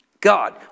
God